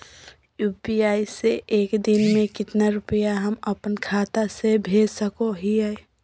UPI से एक दिन में कितना रुपैया हम अपन खाता से भेज सको हियय?